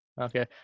Okay